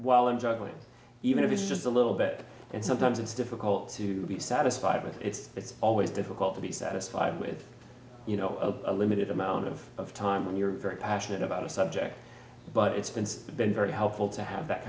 while i'm juggling even if it's just a little bit and sometimes it's difficult to be satisfied with it's it's always difficult to be satisfied with you know a limited amount of time when you're very passionate about a subject but it's been very helpful to have that